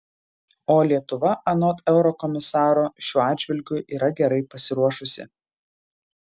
o lietuva anot eurokomisaro šiuo atžvilgiu yra gerai pasiruošusi